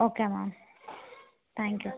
okay ma'am thank you